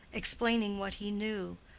explaining what he knew,